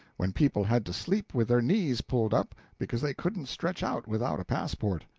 when people had to sleep with their knees pulled up because they couldn't stretch out without a passport.